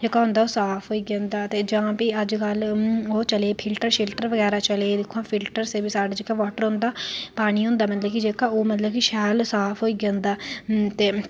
जां फ्ही अजकल्ल फिल्टर शिल्टर चला दे फिल्टर कन्नै जेह्का वाटर होंदा मतलब पानी होंदा ओह् शैल साफ होई जंदा